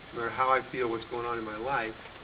how i feel what's going on in my life,